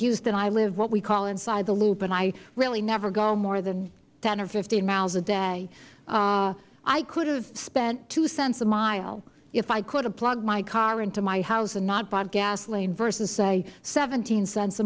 houston i live what we call inside the loop and i really never go more than ten or fifteen miles a day i could have spent two cents a mile if i could have plugged my car into my house and not bought gasoline versus say seventeen cents a